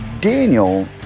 Daniel